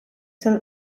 till